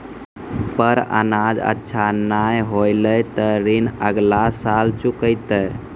पर अनाज अच्छा नाय होलै तॅ ऋण अगला साल चुकैतै